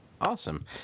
Awesome